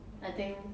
I think